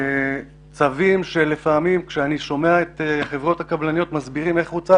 צווים שלפעמים כשאני שומע את החברות הקבלניות מסבירות איך הוצא